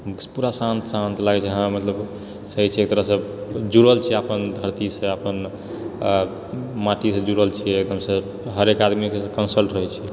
पूरा शांत शांत लागैत छै हँ मतलब सही छै एक तरहसँ जुड़ल छियै अपन धरतीसँ अपन माटीसँ जुड़ल छियै हरेक आदमीकेँ कंसल्ट रहैत छिऐ